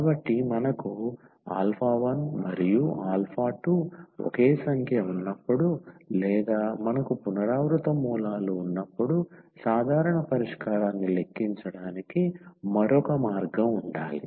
కాబట్టి మనకు 1 మరియు 2 ఒకే సంఖ్య ఉన్నప్పుడు లేదా మనకు పునరావృత మూలాలు ఉన్నప్పుడు సాధారణ పరిష్కారాన్ని లెక్కించడానికి మరొక మార్గం ఉండాలి